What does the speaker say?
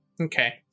okay